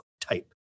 type